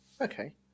Okay